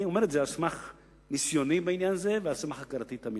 אני אומר את זה על סמך ניסיוני בעניין הזה ועל סמך הכרתי את המינהל.